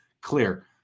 clear